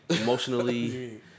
emotionally